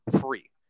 free